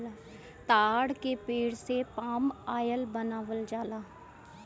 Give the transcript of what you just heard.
ताड़ के पेड़ से पाम आयल बनावल जाला